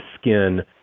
skin